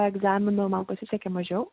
egzamino man pasisekė mažiau